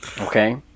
Okay